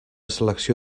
selecció